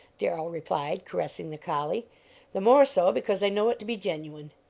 darrell replied, caressing the collie the more so because i know it to be genuine.